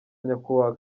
nyakubahwa